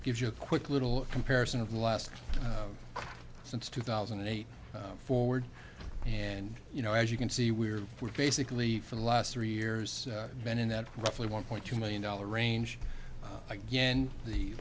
gives you a quick little of comparison of last since two thousand and eight forward and you know as you can see we're we're basically for the last three years and then in that roughly one point two million dollar range again the